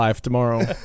tomorrow